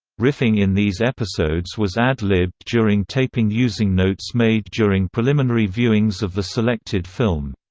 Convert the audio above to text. riffing in these episodes was ad-libbed during taping using notes made during preliminary viewings of the selected film.